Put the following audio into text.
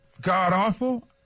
god-awful